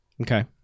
Okay